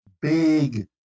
big